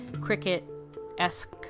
cricket-esque